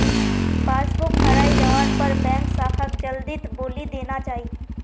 passbook हराई जवार पर बैंक शाखाक जल्दीत बोली देना चाई